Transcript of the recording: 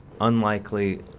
unlikely